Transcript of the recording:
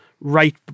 Right